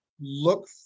look